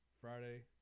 Friday